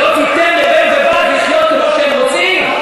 שלא תיתן לבן ובת לחיות כמו שהם רוצים.